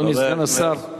אדוני סגן השר.